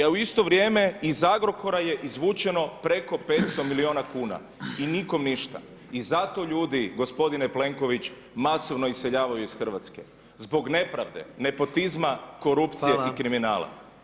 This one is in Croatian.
Ja u isto vrijeme, iz Agrokora je izvučeno preko 500 milijuna kuna, i nikom ništa, i zato ljudi, gospodine Plenković, masovno iseljavaju iz Hrvatske, zbog nepravde, nepotizma, korupcije i kriminala.